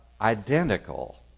identical